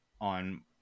on